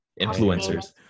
Influencers